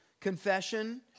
Confession